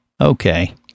Okay